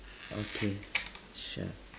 okay sure